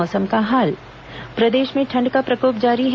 मौसम प्रदेश में ठंड का प्रकोप जारी है